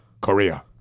Korea